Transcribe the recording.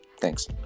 thanks